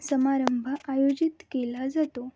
समारंभ आयोजित केला जातो